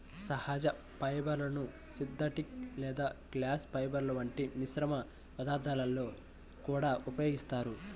సహజ ఫైబర్లను సింథటిక్ లేదా గ్లాస్ ఫైబర్ల వంటి మిశ్రమ పదార్థాలలో కూడా ఉపయోగిస్తారు